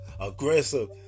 aggressive